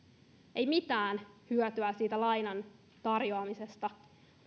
ei mitään hyötyä siitä lainan tarjoamisesta